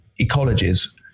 ecologies